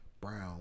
brown